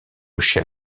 chef